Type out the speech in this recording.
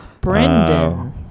Brendan